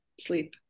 sleep